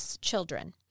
children